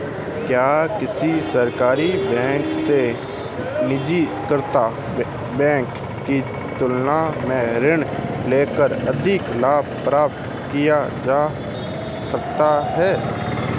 क्या किसी सरकारी बैंक से निजीकृत बैंक की तुलना में ऋण लेकर अधिक लाभ प्राप्त किया जा सकता है?